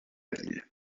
ville